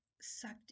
sucked